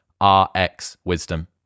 rxwisdom